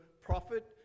prophet